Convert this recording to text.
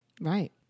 right